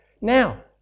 now